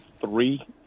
three